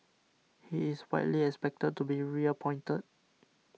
he is widely expected to be reappointed